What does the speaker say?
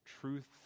truth